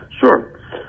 Sure